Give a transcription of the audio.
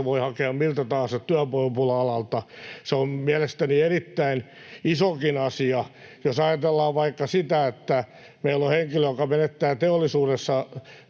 voi hakea miltä tahansa työvoimapula-alalta. Se on mielestäni erittäin isokin asia. Jos ajatellaan vaikka sitä, että meillä on henkilö, joka menettää teollisuudessa